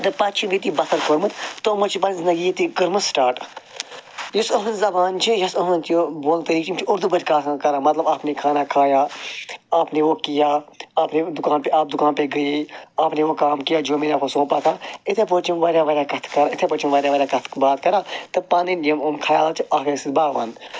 تہٕ پتہٕ چھُ یِم ییٚتی بسر کورمُت تہٕ او چھِ پنٕنۍ زندگی یتی کٔرمٕژ سٹارٹ یُس اہنٛز زبان چھِ یُس اہنٛز یہِ بولنُک طریٖقہٕ چھُ یِم چھِ اردو پٲٹھۍ کتھ کران مطلب آپ نے کھانا کھایا آپ نے وہ کیا آپ نے دُکان پہ آپ دُکان پے گٮٔے آپ نے وہ کام کیا جو میں نے آپکو سونپا تھا یتھٖے پٲٹھی چھِ یِم ورایاہ ورایاہ کتھ کران یتھے پٲٹھی چھِ یِم کتھ باتھ کران تہٕ پنٕنۍ یِم یِم خیال چھِ اکھ أکِس سۭتۍ باوان